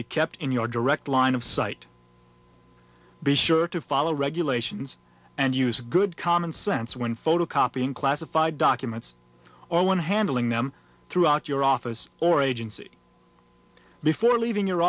be kept in your direct line of sight be sure to follow regulations and use good common sense when photocopying classified documents or when handling them throughout your office or agency before leaving your